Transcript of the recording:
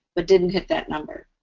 but didn't hit that number.